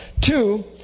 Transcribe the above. Two